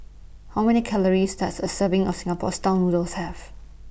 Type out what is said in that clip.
How Many Calories Does A Serving of Singapore Style Noodles Have